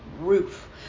roof